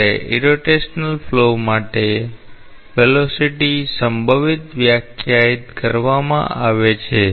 જ્યારે irrotational flow માટે વેગ સંભવિત વ્યાખ્યાયિત કરવામાં આવે છે